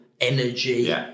energy